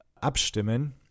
abstimmen